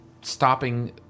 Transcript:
stopping